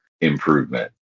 improvement